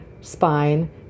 spine